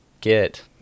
get